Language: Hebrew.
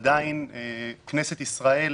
עדיין כנסת ישראל